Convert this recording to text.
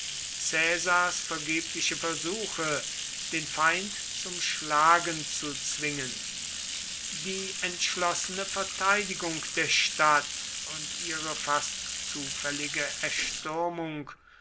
caesars vergebliche versuche den feind zum schlagen zu zwingen die entschlossene verteidigung der stadt und ihre fast zufällige erstürmung